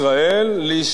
להסתנן,